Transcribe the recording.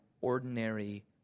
ordinary